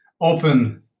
open